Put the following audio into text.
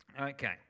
okay